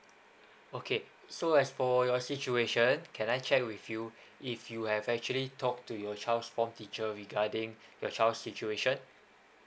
okay so as for your situation can I check with you if you have actually talk to your child's form teacher regarding your child's situation